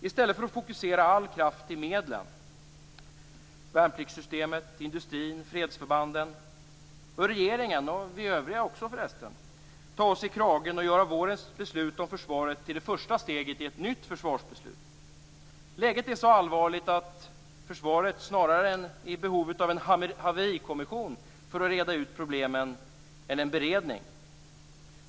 I stället för att fokusera all kraft till medlen - värnpliktssystemet, industrin och fredsförbanden - bör regeringen, och vi övriga, ta oss i kragen och göra vårens beslut om försvaret till det första steget i ett nytt försvarsbeslut. Läget är så allvarligt att försvaret snarare är i behov av en haverikommission för att reda ut problemen än en beredning.